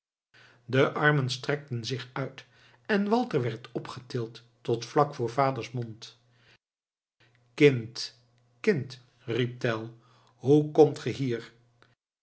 de armen strekten zich uit en walter werd opgetild tot vlak voor vaders mond kind kind riep tell hoe komt ge hier